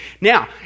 now